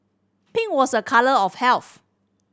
pink was a colour of health